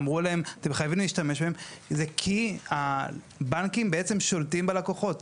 אמרו להם אתם חייבים להשתמש בהם - זה כי הבנקים בעצם שולטים בלקוחות.